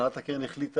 הנהלת הקרן החליטה